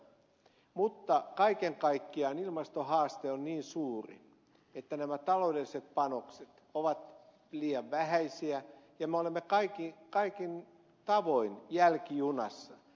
mutta kaiken kaikkiaan ilmastohaaste on niin suuri että nämä taloudelliset panokset ovat liian vähäisiä ja me olemme kaikin tavoin jälkijunassa